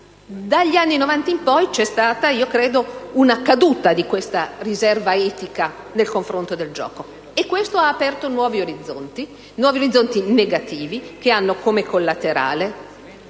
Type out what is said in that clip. dagli anni Novanta in poi c'è stata una caduta di questa riserva etica nei confronti del gioco. Questo ha aperto nuovi orizzonti negativi, che hanno come collaterale